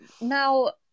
Now